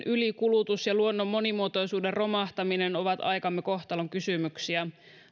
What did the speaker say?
ylikulutus ja luonnon monimuotoisuuden romahtaminen ovat aikamme kohtalonkysymyksiä